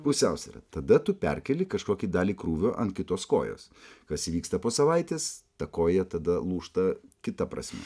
pusiausvyra tada tu perkeli kažkokį dalį krūvio ant kitos kojos kas vyksta po savaitės ta koja tada lūžta kita prasme